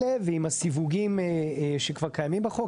על האזורים האלה חלים כל הכללים כפי שהיו קודם.